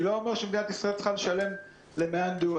אני לא אומר שמדינת ישראל צריכה לשלם למאן דהוא.